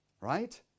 Right